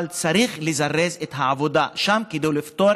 אבל צריך לזרז את העבודה שם כדי לפתור